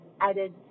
added